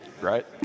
right